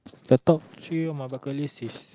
the top three of my bucket list is